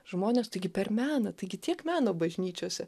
žmones taigi per meną taigi tiek meno bažnyčiose